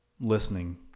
listening